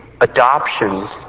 adoptions